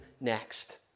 next